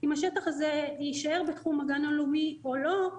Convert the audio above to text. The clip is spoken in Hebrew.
אם השטח הזה יישאר בתחום הגן הלאומי או לא,